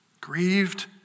Grieved